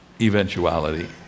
eventuality